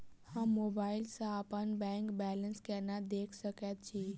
हम मोबाइल सा अपने बैंक बैलेंस केना देख सकैत छी?